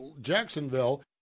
Jacksonville